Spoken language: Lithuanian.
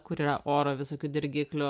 kur yra oro visokių dirgiklių